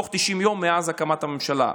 תוך 90 יום מאז הקמת הממשלה.